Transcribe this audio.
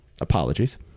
apologies